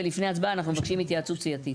ולפני ההצבעה אנחנו מבקשים התייעצות סיעתית.